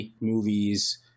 movies